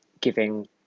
giving